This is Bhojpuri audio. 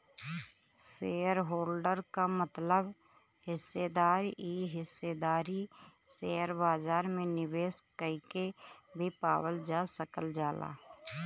शेयरहोल्डर क मतलब हिस्सेदार इ हिस्सेदारी शेयर बाजार में निवेश कइके भी पावल जा सकल जाला